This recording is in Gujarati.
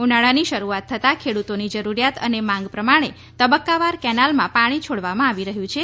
ઉનાળાની શરૂઆત થતાં ખેડૂતોની જરૂરિયાત અને માંગ પ્રમાણે તબક્કાવાર કેનાલમાં પાણી છોડવામાં આવી રહ્યું છે